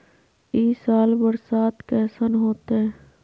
ई साल बरसात कैसन होतय?